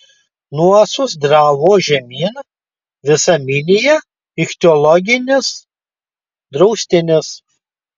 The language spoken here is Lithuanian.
nuo sausdravo žemyn visa minija ichtiologinis draustinis